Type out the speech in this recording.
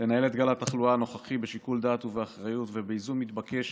לנהל את גל התחלואה הנוכחי בשיקול דעת ובאחריות ובאיזון מתבקש